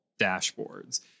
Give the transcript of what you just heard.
dashboards